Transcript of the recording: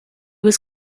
was